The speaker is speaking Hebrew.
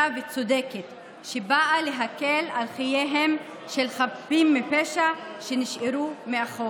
וצודקת שבאה להקל על חייהם של חפים מפשע שנשארו מאחור.